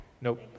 Nope